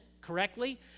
correctly